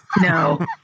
No